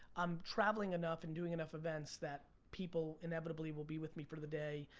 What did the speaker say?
i'm traveling enough and doing enough events that people inevitably will be with me for the day,